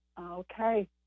okay